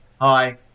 hi